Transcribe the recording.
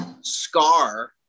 scar